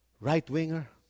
right-winger